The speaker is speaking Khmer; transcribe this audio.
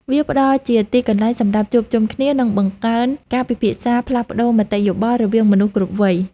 វាផ្ដល់ជាទីកន្លែងសម្រាប់ជួបជុំគ្នា និងបង្កើនការពិភាក្សាផ្លាស់ប្តូរមតិយោបល់រវាងមនុស្សគ្រប់វ័យ។